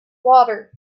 water